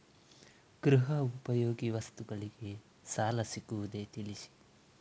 ಗೃಹ ಉಪಯೋಗಿ ವಸ್ತುಗಳಿಗೆ ಸಾಲ ಸಿಗುವುದೇ ತಿಳಿಸಿ?